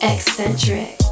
Eccentric